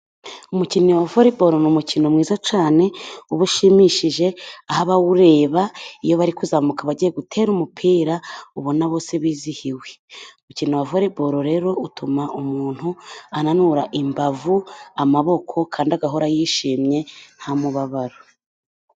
Umukino wa voreboro ni mukino mwiza cyane, uba ushimishije, aho abawureba iyo bari kuzamuka bagiye gutera umupira, ubona bose bizihiwe. Umukino wa voreboro rero utuma umuntu ananura imbavu, amaboko kandi agahora yishimye nta mubabaro.